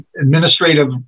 administrative